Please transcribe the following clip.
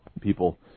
people